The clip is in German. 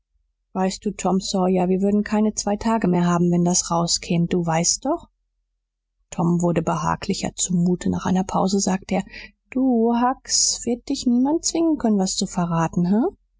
weißt du tom sawyer wir würden keine zwei tage mehr haben wenn das raus käm du weißt doch tom wurde behaglicher zumute nach einer pause sagte er du huck s wird dich niemand zwingen können was zu verraten he